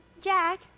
Jack